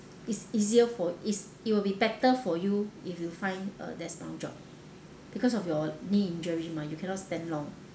it's easier for is it will be better for you if you find a desk bound job because of your knee injury mah you cannot stand long